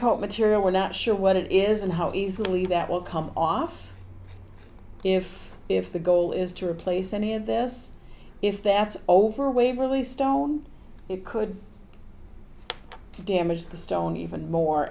coat material we're not sure what it is and how easily that will come off if if the goal is to replace any of this if that's over waverley stone it could damage the stone even more